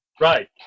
Right